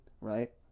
right